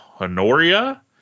Honoria